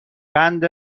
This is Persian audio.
قند